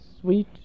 sweet